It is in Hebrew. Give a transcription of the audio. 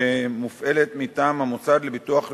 שמופעלת מטעם המוסד לביטוח לאומי,